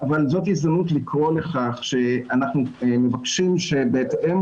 אבל זאת הזדמנות לקרוא לכך שאנחנו מבקשים שבהתאם